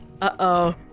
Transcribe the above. Uh-oh